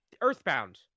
Earthbound